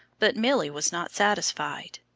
but milly was not satisfied.